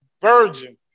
virgin